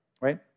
right